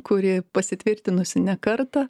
kuri pasitvirtinusi ne kartą